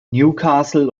newcastle